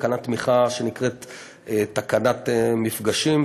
תקנת תמיכה שנקראת תקנת מפגשים,